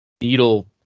needle